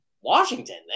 Washington